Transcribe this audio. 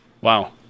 Wow